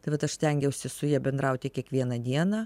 tai vat aš stengiausi su ja bendrauti kiekvieną dieną